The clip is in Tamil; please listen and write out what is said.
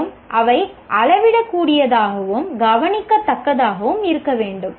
மேலும் அவை அளவிடக்கூடியதாகவும் கவனிக்கத்தக்கதாகவும் இருக்க வேண்டும்